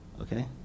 okay